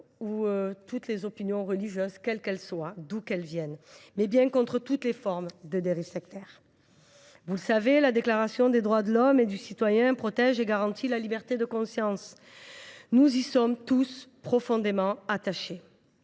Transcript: ou les opinions religieuses, quelles qu’elles soient, mais bien contre toutes les formes de dérives sectaires. Vous le savez, la Déclaration des droits de l’homme et du citoyen protège et garantit la liberté de conscience, à laquelle nous sommes tous profondément attachés.